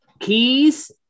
Keys